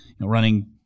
running